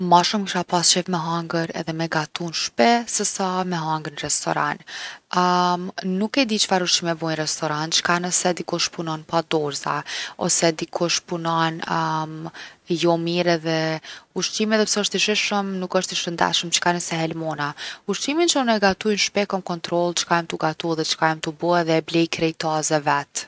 Ma shumë kisha pas qef me hangër edhe me gatu n’shpi se sa me hangër n’restoran. nuk e di çfarë ushqime bojnë n’restoran, çka nëse dikush punon pa dorëza ose nëse dikush punon jo mirë edhe ushqimi edhe pse osht i shishëm nuk osht i shëndetshëm. çka nëse helmona? Ushqimin që unë e gatuj n’shpi kom kontroll çka jom tu gatu edhe çka jom tu bo, edhe e blej krejt taze vet’.